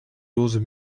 roze